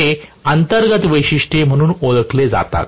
हे अंतर्गत वैशिष्ट्ये म्हणून ओळखले जातात